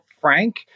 Frank